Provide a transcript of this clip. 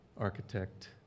architect